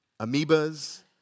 amoebas